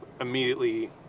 immediately